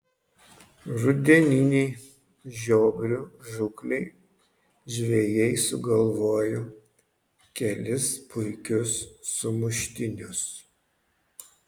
rudeninei žiobrių žūklei žvejai sugalvojo kelis puikius sumuštinius